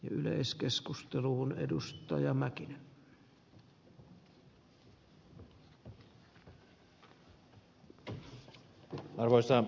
arvoisa herra puhemies